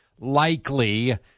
likely